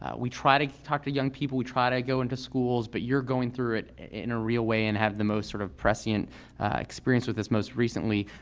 we try to talk to young people, we try to go into schools, but you're going through it in a real way and have the most sort of prescient experience with this most recently.